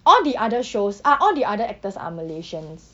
all the other shows ah all the other actors are malaysians